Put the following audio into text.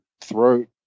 throat